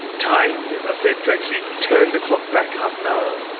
time as i said, to actually turn the clock back half an hour,